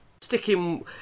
Sticking